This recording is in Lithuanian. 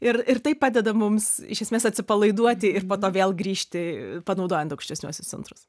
ir ir tai padeda mums iš esmės atsipalaiduoti ir po to vėl grįžti panaudojant aukštesniuosius centrus